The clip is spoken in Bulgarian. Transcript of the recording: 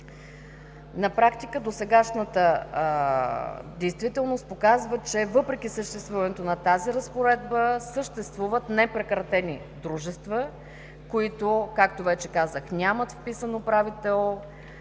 На практика досегашната действителност показва, че въпреки съществуването на тази разпоредба съществуват непрекратени дружества, които, както вече казах, нямат вписан управител